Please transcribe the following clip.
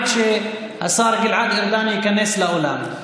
עד שהשר גלעד ארדן ייכנס לאולם.